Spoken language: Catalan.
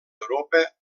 europa